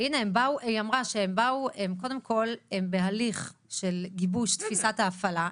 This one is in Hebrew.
היא אמרה: קודם כל הם בהליך של גיבוש תפיסת ההפעלה.